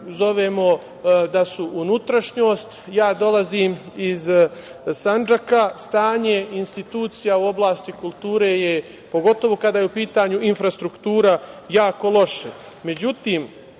zovemo da su unutrašnjost. Dolazim iz Sandžaka. Stanje institucija u oblasti kulture, pogotovo kada je u pitanju infrastruktura jako